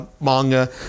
manga